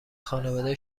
خانواده